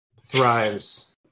thrives